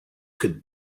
could